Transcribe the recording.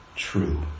true